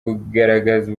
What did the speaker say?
kugaragaza